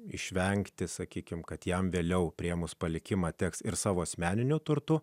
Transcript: išvengti sakykime kad jam vėliau priėmus palikimą teks ir savo asmeniniu turtu